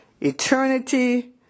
eternity